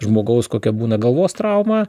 žmogaus kokia būna galvos trauma